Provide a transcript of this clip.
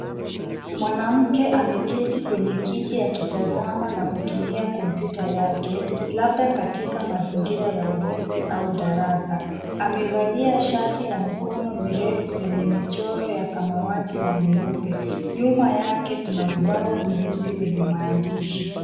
Mwanamke ameketi kwenye kiti akitazama na kutumia kompyuta yake labda katika mazingira ya ofisi au darasa. Amevalia shati la mikono mirefu lenye michoro ya samawati na nyeupe. Nyuma yake kuna ubao mweusi wenye maandishi.